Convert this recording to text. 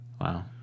Wow